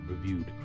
reviewed